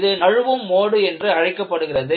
இது நழுவும் மோடு என்று அழைக்கப்படுகிறது